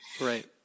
Right